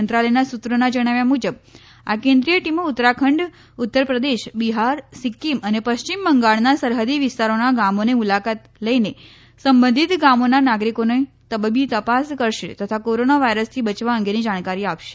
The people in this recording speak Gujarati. મંત્રાલયના સૂત્રોના જણાવ્યા મુજબ આ કેન્દ્રીય ટીમો ઉત્તરાખંડ ઉત્તરપ્રદેશ બિહાર સિક્કીમ અને પશ્ચિમ બંગાળના સરહદી વિસ્તારોના ગામોની મુલાકાત લઈને સંબંધીત ગામોના નાગરિકોની તબીબી તપાસ કરશે તથા કોરોના વાયરસથી બચવા અંગેની જાણકારી આપશે